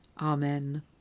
Amen